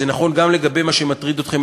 זה נכון גם לגבי שמטריד אתכם,